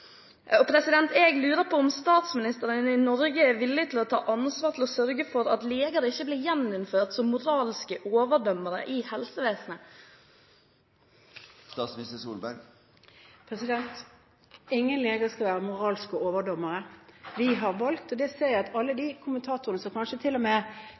Jeg lurer på om statsministeren i Norge er villig til å ta ansvar for å sørge for at leger ikke blir gjeninnført som moralske overdommere i helsevesenet. Ingen leger skal være moralske overdommere. Vi har valgt, og jeg ser at alle